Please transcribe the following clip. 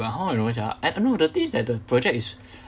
but how I know sia eh no the thing is that the project is